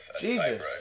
Jesus